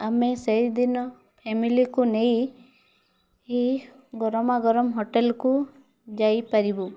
ଆମେ ସେଇ ଦିନ ଫେମିଲିକୁ ନେଇ ଇ ଗରମାଗରମ ହୋଟେଲ୍କୁ ଯାଇପାରିବୁ